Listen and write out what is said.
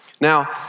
Now